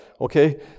okay